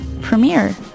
premiere